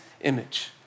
image